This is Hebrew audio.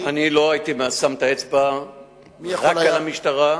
אני לא הייתי שם את האצבע רק על המשטרה.